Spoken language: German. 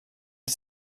die